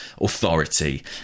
authority